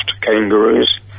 kangaroos